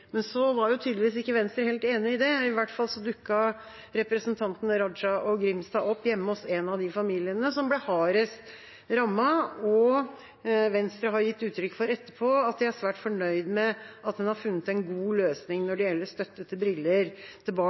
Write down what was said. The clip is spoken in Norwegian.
Men Venstre var tydeligvis ikke helt enig i det. I hvert fall dukket representantene Raja og Grimstad opp hjemme hos en av de familiene som ble hardest rammet, og Venstre har etterpå gitt uttrykk for at de er svært fornøyd med at man har funnet en god løsning når det gjelder støtte til briller